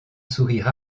sourire